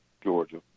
Georgia